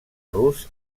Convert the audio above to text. rus